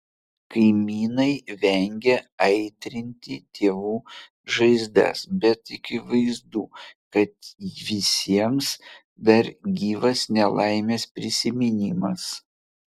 kaimynai vengia aitrinti tėvų žaizdas bet akivaizdu kad visiems dar gyvas nelaimės prisiminimas